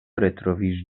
retrovis